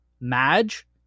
Madge